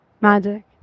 magic